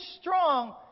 strong